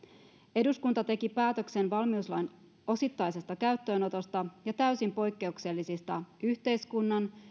eduskunta teki päätöksen valmiuslain osittaisesta käyttöönotosta ja täysin poikkeuksellisista yhteiskunnan